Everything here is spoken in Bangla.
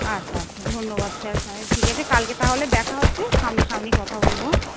আচ্ছা আচ্ছা ধন্যবাদ স্যার তাহলে ঠিক আছে কালকে তাহলে দেখা হচ্ছে সামনাসামনি কথা বলব